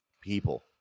people